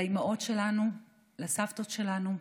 לאימהות שלנו, לסבתות שלנו.